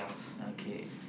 okay